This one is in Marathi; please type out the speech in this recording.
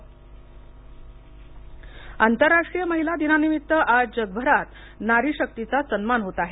पंतप्रधान महिला दिवस आंतरराष्ट्रीय महिला दिनानिमित्त आज जगभरात नारी शक्तीचा सन्मान होत आहे